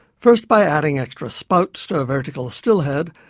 first by adding extra spouts to a vertical still head,